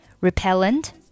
repellent